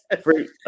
Free